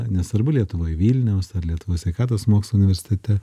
nesvarbu lietuvoj vilniaus ar lietuvos sveikatos mokslų universitete